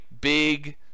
big